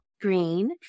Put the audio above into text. Green